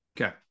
Okay